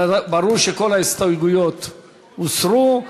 ברור שכל ההסתייגויות הוסרו.